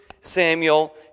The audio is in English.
Samuel